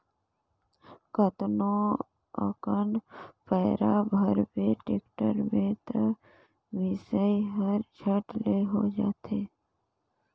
कतनो अकन पैरा भरबे टेक्टर में त मिसई हर झट ले हो जाथे